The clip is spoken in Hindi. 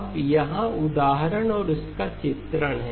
अब यहाँ उदाहरण और इसका चित्रण है